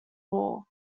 war